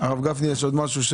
הרב גפני, יש עוד משהו?